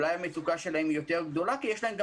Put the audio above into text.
אולי המצוקה שלהם יותר גדולה כי יש להם גם